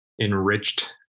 enriched